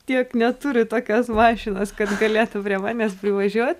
tiek neturi tokios mašinos kad galėtų prie manęs privažiuot